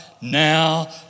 now